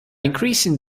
increasing